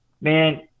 man